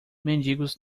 mendigos